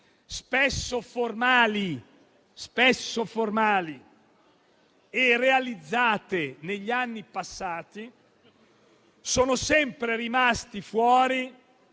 spesso formali e realizzate in anni precedenti, sono sempre rimasti fuori